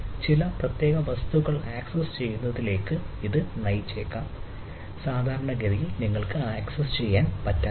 ചില പ്രത്യേക വസ്തുക്കൾ ആക്സസ്സുചെയ്യുന്നതിലേക്ക് ഇത് നയിച്ചേക്കാം സാധാരണ ഗതിയിൽ നിങ്ങൾക്ക് ആക്സസ് ചെയ്യാൻ പറ്റാത്തത്